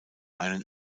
einen